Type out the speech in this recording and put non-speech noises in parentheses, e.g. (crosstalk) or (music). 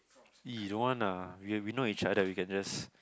(noise) don't want ah we we know each other we can just